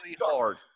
hard